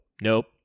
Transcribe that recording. nope